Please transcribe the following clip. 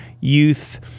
youth